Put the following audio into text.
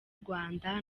rwanda